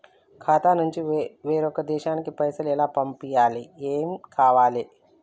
ఖాతా నుంచి వేరొక దేశానికి పైసలు ఎలా పంపియ్యాలి? ఏమేం కావాలి?